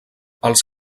els